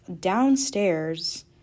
downstairs